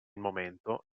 momento